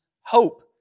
hope